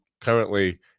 currently